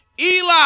Eli